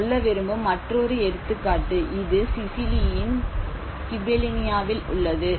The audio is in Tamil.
நான் சொல்ல விரும்பும் மற்றொரு எடுத்துக்காட்டு இது சிசிலியின் கிபெலினாவில் உள்ளது